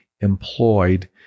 employed